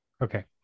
Okay